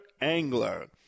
angler